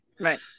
Right